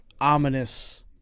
ominous